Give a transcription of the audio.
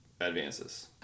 advances